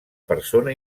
persona